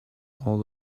all